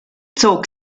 zog